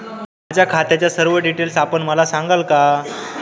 माझ्या खात्याचे सर्व डिटेल्स आपण मला सांगाल का?